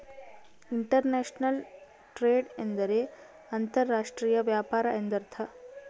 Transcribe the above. inter national trade ಎಂದರೆ ಅಂತರ್ ರಾಷ್ಟ್ರೀಯ ವ್ಯಾಪಾರ ಎಂದರ್ಥ